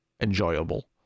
enjoyable